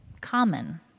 common